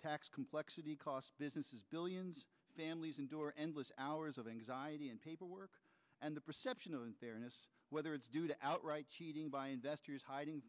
tax complexity cost businesses billions families endure endless hours of anxiety and paperwork and the perception of unfairness whether it's due to outright cheating by investors hiding